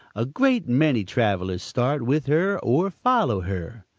a great many travelers start with her or follow her.